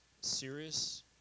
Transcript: serious